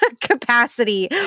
capacity